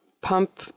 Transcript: PUMP